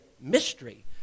mystery